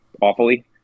awfully